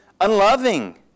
unloving